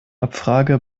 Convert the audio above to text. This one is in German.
abfrage